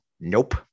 Nope